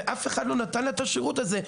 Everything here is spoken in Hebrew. ואף אחד לא נתן לה את השירות הזה.